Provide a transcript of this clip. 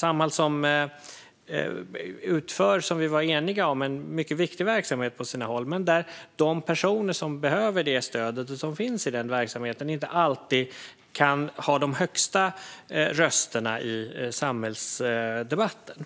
Samhall utför, som vi var eniga om, en mycket viktig verksamhet på sina håll. Men de personer som behöver det stödet och finns i den verksamheten har inte alltid de högsta rösterna i samhällsdebatten.